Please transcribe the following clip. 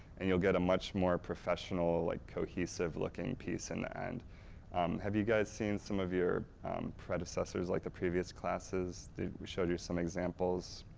and you'll get a much more professional, like cohesive looking piece in the and have you guys seem some of your predecessors like the previous classes, they showed you some examples.